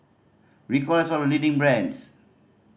Ricola is one of the leading brands